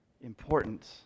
important